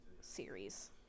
series